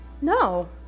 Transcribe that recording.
No